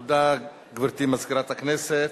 תודה, גברתי מזכירת הכנסת.